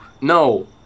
No